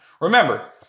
Remember